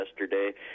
yesterday